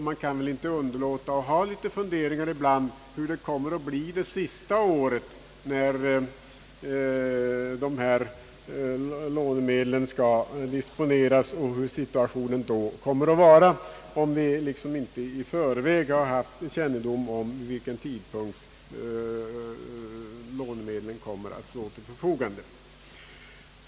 Man kan väl då inte underlåta att ibland fundera över hur det kommer att bli det sista året när dessa lånemedel skall disponeras och hur situationen vid det tillfället kommer att vara, eftersom vi inte i förväg har haft någon kännedom om vid vilken tidpunkt lånemedlen kommer att stå till förfogande.